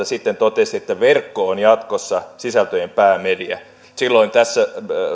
sitten totesi että verkko on jatkossa sisältöjen päämedia silloin tässä